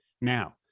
Now